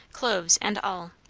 cloves, and all,